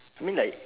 I mean like